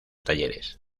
talleres